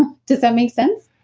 and does that make sense?